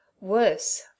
worse